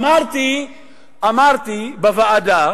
אמרתי בוועדה